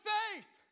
faith